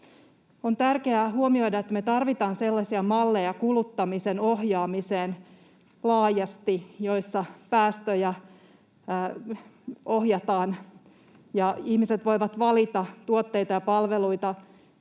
On tärkeää huomioida, että me tarvitaan sellaisia malleja kuluttamisen ohjaamiseen laajasti, joissa päästöjä ohjataan ja ihmiset voivat valita tuotteita ja palveluita,